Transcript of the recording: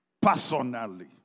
personally